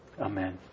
Amen